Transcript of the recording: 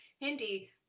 Hindi